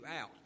out